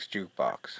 Jukebox